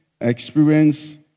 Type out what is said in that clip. experience